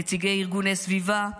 נציגי ארגוני סביבה.